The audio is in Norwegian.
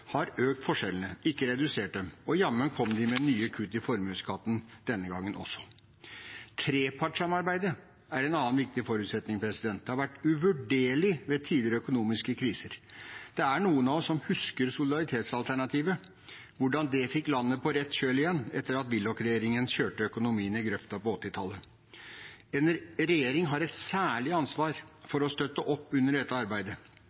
har økt forskjellene, ikke redusert dem. Og jammen kom de med nye kutt i formuesskatten denne gangen også. Trepartssamarbeidet er en annen viktig forutsetning. Det har vært uvurderlig ved tidligere økonomiske kriser. Det er noen av oss som husker hvordan solidaritetsalternativet fikk landet på rett kjøl igjen etter at Willoch-regjeringen kjørte økonomien i grøfta på 1980-tallet. En regjering har et særlig ansvar for å støtte opp under dette arbeidet,